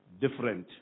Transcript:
different